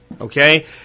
Okay